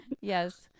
Yes